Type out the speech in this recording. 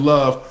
Love